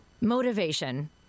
Motivation